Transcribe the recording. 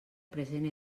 present